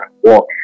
walk